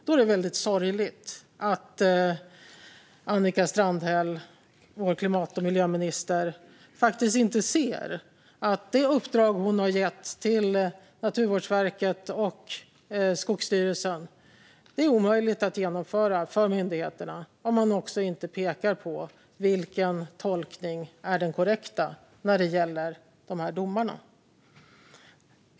Då är det väldigt sorgligt att Annika Strandhäll, vår klimat och miljöminister, faktiskt inte ser att det uppdrag hon har gett till Naturvårdsverket och Skogsstyrelsen är omöjligt att genomföra för myndigheterna om man inte också pekar ut vilken tolkning som är den korrekta när det gäller de här domarna.